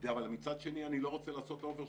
אבל מצד שני אני לא רוצה לעשות overshoot.